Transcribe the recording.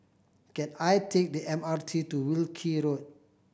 can I take the M R T to Wilkie Road